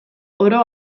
oro